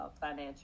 financial